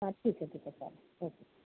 हां ठीक आहे ठीक आहे चालेल